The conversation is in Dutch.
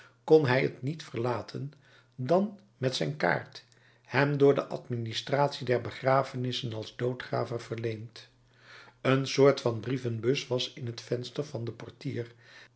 kon hij het niet verlaten dan met zijn kaart hem door de administratie der begrafenissen als doodgraver verleend een soort van brievenbus was in het venster van den portier